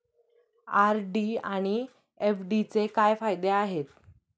RD आणि एफ.डीचे काय फायदे आहेत?